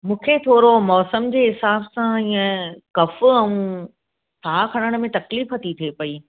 मुखे थोरो मौसम जे हिसाब सां इअं कफ अऊं साह खरण में तक़लीफ़ ती थे पई